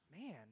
man